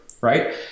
right